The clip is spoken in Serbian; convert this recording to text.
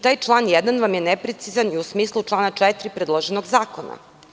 Taj član 1. vam je neprecizan i u smislu člana 4. predloženog zakona.